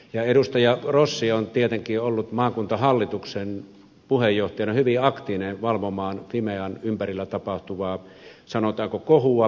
edustaja rossi on tietenkin ollut maakuntahallituksen puheenjohtajana hyvin aktiivinen valvomaan fimean ympärillä tapahtuvaa sanotaanko kohua